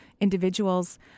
individuals